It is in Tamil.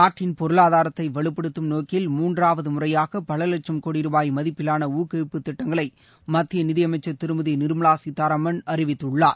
நாட்டின் பொருளாதாரத்தை வலுப்படுத்தும் நோக்கில் மூன்றாவது முறையாக பல லட்சும் கோடி ரூபாய் மதிப்பிலான ஊக்குவிப்பு திட்டங்களை மத்திய நிதியமைச்சர் திருமதி நிர்மலா சீதாராமன் அறிவித்துள்ளார்